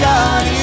God